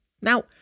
Now